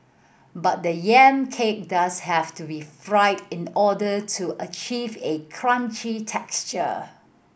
but the yam cake does have to be fried in order to achieve a crunchy texture